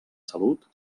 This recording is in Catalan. salut